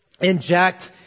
inject